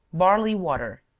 barley water.